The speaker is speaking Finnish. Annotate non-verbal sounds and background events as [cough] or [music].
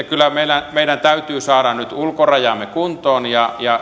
[unintelligible] kyllä meidän täytyy saada nyt ulkorajamme kuntoon ja ja